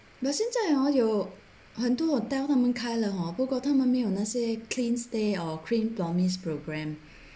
but 现在 hor 有很多 hotel 他们开了 hor 不过他们没有那些 clean stay or clean promise program